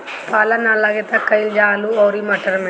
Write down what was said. पाला न लागे का कयिल जा आलू औरी मटर मैं?